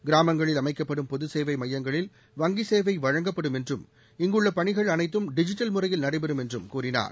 கிராமங்களில் அமைக்கப்படும் பொதுசேவை மையங்களில் வங்கிச் சேவை வழங்கப்படும் என்றும் இங்குள்ள பணிகள் அனைத்தும் டிஜிட்டல் முறையில் நடைபெறும் என்றும் கூறினார்